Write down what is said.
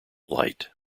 light